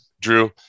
Drew